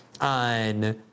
on